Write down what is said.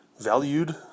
valued